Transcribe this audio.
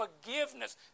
forgiveness